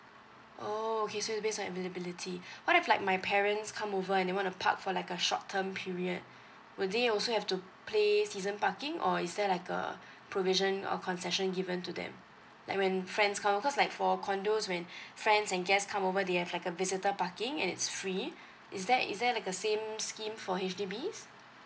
oh okay so it's based on availability what if like my parents come over and they wanna park for like a short term period would they also have to pay season parking or is there like a probation or concession given to them like when friends come cause like for condos when friends and guest come over they have like a visitor parking and it's free is there is there like a same scheme for H_D_B's